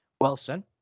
Wilson